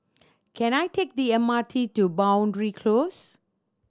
can I take the M R T to Boundary Close